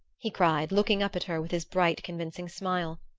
he cried, looking up at her with his bright convincing smile,